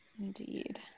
Indeed